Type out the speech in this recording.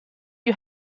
you